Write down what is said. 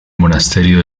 monasterio